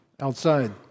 outside